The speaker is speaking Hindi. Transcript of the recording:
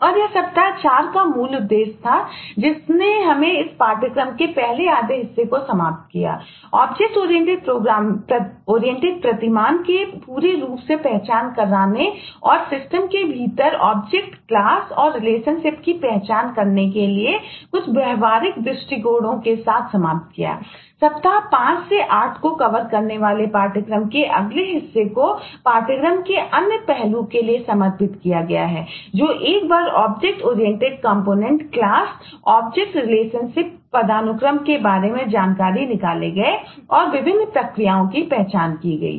और यह सप्ताह 4 का मूल उद्देश्य था जिसने इस पाठ्यक्रम के पहले आधे हिस्से को समाप्त किया ऑब्जेक्ट ओरिएंटेड प्रतिमान के पूरे रूप से पहचान कराने की और सिस्टम के भीतर ऑब्जेक्टपदानुक्रम के बारे में जानकारी निकाले गए और विभिन्न प्रक्रियाओं की पहचान की गई है